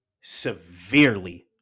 severely